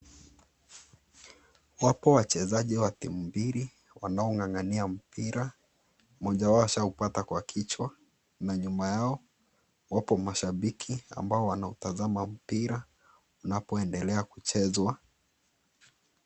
Wapo wachezaji wa timu mbili wanaongangania mpira, mmoja wao ashaupata kwa kichwa na nyuma yao wapo mashabiki ambao wanautazama mpira unapoendelea kuchezwa.